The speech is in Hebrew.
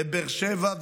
בבאר שבע,